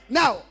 now